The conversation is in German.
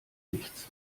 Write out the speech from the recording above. nichts